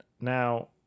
Now